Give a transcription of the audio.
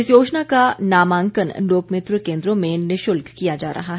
इस योजना का नामांकन लोकमित्र केन्द्रों में निःशुल्क किया जा रहा है